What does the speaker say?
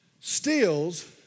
steals